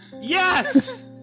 Yes